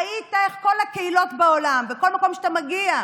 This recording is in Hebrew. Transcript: ראית איך כל הקהילות בעולם, בכל מקום שאתה מגיע,